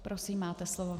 Prosím, máte slovo.